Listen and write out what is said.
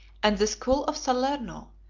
and the school of salerno,